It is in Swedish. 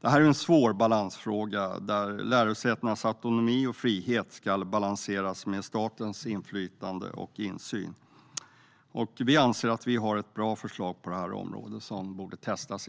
Det här är en svår balansfråga. Lärosätenas autonomi och frihet ska balanseras med statens inflytande och insyn. Vi har ett bra förslag på området som borde testas.